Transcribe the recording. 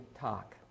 talk